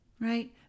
Right